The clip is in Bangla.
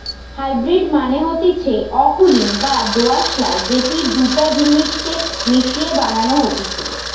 হাইব্রিড মানে হতিছে অকুলীন বা দোআঁশলা যেটি দুটা জিনিস কে মিশিয়ে বানানো হতিছে